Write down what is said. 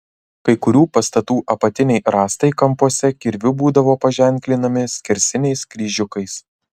kai kurių pastatų apatiniai rąstai kampuose kirviu būdavo paženklinami skersiniais kryžiukais